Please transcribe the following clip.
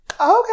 okay